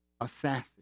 Assassin